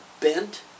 bent